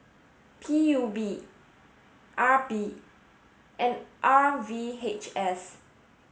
P U B R P and R V H S